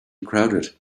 crowded